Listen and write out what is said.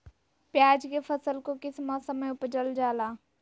प्याज के फसल को किस मौसम में उपजल जाला?